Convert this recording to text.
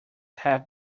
have